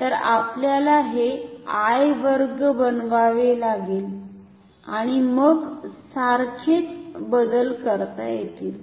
तर आपल्याला हे I वर्ग बनवावे लागेल आणि मग सारखेच बदल करता येतील